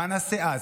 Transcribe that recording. מה נעשה אז?